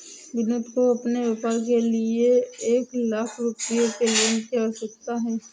विनोद को अपने व्यापार के लिए एक लाख रूपए के लोन की आवश्यकता है